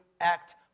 act